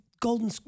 golden